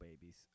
babies